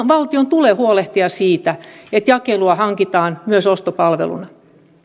valtion tulee huolehtia siitä että jakelua hankitaan myös ostopalveluna